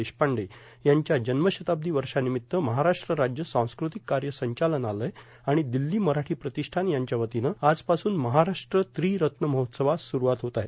देशपांडे यांच्या जन्मशताब्दी वर्षानीमत्त महाराष्ट्र राज्य सांस्कृतिक काय संचालनालय आण दिल्ला मराठां प्रांतष्ठान यांच्यावतीनं आजपासून महाराष्ट्र त्रिरत्न महोत्सवास सुरुवात होत आहे